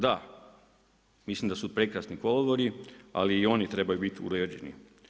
Da, mislim da su prekrasni kolodvori, ali i oni trebaju bit uređeni.